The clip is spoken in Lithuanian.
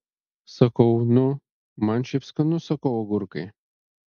sakau nu man šiaip skanu sakau agurkai